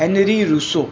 Henri Rousseau